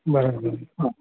બરાબર હા